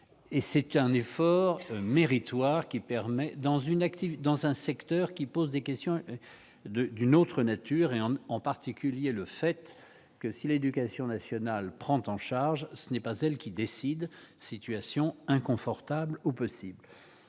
et c'est un effort méritoire qui permet dans une active dans un secteur qui pose des questions de d'une autre nature, et en particulier le fait que si l'Éducation nationale, prend en charge ce n'est pas elle qui décide, situation inconfortable ou possible